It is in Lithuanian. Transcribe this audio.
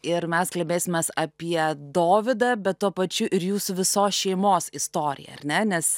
ir mes kalbėsimės apie dovydą bet tuo pačiu ir jūsų visos šeimos istoriją ar ne nes